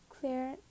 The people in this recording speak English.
clear